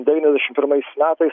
devyniasdešim pirmais metais